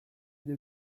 des